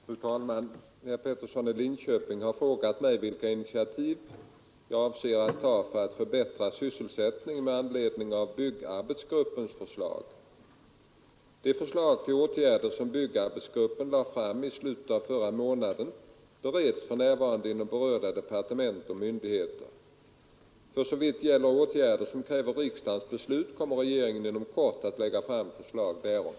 Fru talman! Herr Peterson i Linköping har frågat mig vilka initiativ jag avser att ta för att förbättra sysselsättningen med anledning av byggarbetsgruppens förslag. De förslag till åtgärder som byggarbetsgruppen lade fram i slutet av förra månaden bereds för närvarande inom berörda departement och myndigheter. För så vitt gäller åtgärder som kräver riksdagens beslut kommer regeringen att inom kort lägga fram förslag härom.